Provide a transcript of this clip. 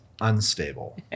unstable